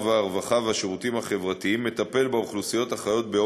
הרווחה והשירותים החברתיים מטפל באוכלוסיות החיות